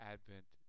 Advent